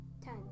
Ten